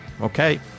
Okay